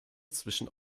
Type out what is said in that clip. zwischen